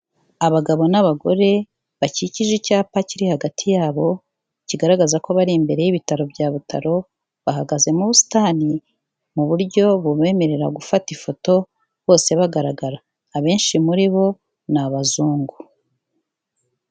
Abagabo n'abagore bakikije icyapa kiri hagati yabo, kigaragaza ko bari imbere y'ibitaro bya Butaro, bahagaze mu busitani mu buryo bubemerera gufata ifoto bose bagaragara, abenshi muri bo ni abazungu.